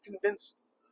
convinced